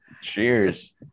Cheers